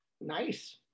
Nice